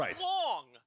long